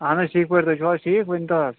اہَن حظ ٹھیٖک پٲٹھ تُہۍ چھو حظ ٹھیٖک